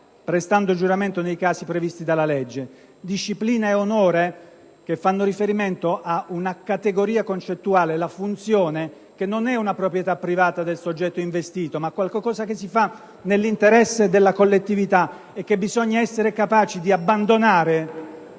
prestando giuramento nei casi stabiliti dalla legge». Disciplina e onore che fanno riferimento ad una categoria concettuale, una funzione che non è una proprietà privata del soggetto investito ma qualcosa che si fa nell'interesse della collettività e che bisogna essere capaci di abbandonare